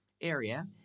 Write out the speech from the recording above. area